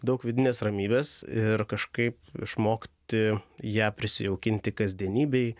daug vidinės ramybės ir kažkaip išmokti ją prisijaukinti kasdienybėj